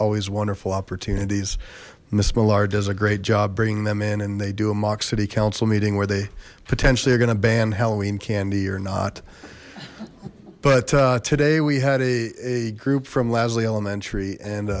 always wonderful opportunities miss millar does a great job bringing them in and they do a mock city council meeting where they potentially are gonna ban halloween candy or not but today we had a group from lasley elementary and